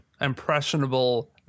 impressionable